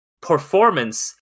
performance